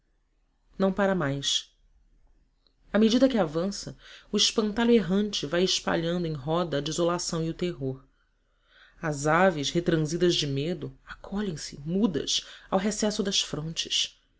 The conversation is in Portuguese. não pára mais à medida que avança o espantalho errante vai espalhando em roda a desolação e o terror as aves retransidas de medo acolhem se mudas ao recesso das frondes